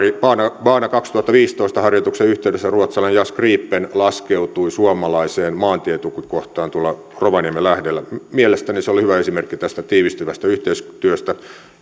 baana baana kaksituhattaviisitoista harjoituksen yhteydessä ruotsalainen jas gripen laskeutui suomalaiseen maantietukikohtaan tuolla rovaniemen lähellä mielestäni se oli hyvä esimerkki tästä tiivistyvästä yhteistyöstä